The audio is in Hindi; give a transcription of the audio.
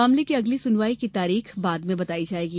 मामले की अगली सुनवाई की तारीख बाद में बतायी जायेगी